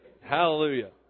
Hallelujah